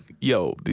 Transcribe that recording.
Yo